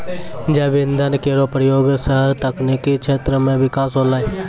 जैव इंधन केरो प्रयोग सँ तकनीकी क्षेत्र म बिकास होलै